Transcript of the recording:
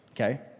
Okay